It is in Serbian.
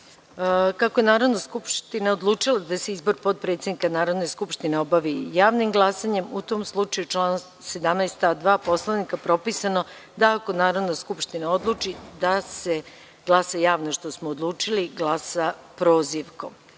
je Narodna skupština odlučila da se izbor potpredsednika Narodne skupštine obavi javnim glasanjem, u tom slučaju je članom 17. stav 2. Poslovnika propisano da ako Narodna skupština odluči da se glasa javno, glasa se prozivkom. Prema